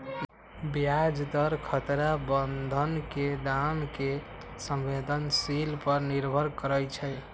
ब्याज दर खतरा बन्धन के दाम के संवेदनशील पर निर्भर करइ छै